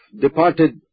departed